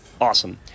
awesome